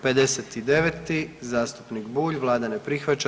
59. zastupnik Bulj, vlada ne prihvaća.